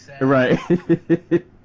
Right